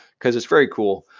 because it's very cool.